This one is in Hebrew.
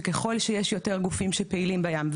שככל שיש יותר גופים שפעילים בים,